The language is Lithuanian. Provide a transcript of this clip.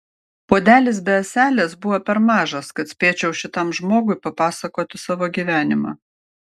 puodelis be ąselės buvo per mažas kad spėčiau šitam žmogui papasakoti savo gyvenimą